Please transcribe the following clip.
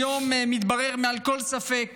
היום מתברר מעל כל ספק